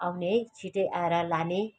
आउने है छिटै आएर लाने